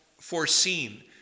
foreseen